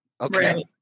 Okay